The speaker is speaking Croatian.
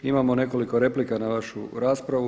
Imamo nekoliko replika na vašu raspravu.